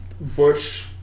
Bush